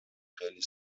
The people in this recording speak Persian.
خیلی